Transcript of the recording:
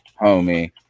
homie